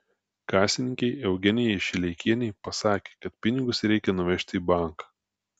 kasininkei eugenijai šileikienei pasakė kad pinigus reikia nuvežti į banką